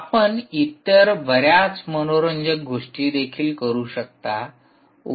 आपण इतर बर्याच मनोरंजक गोष्टी देखील करू शकता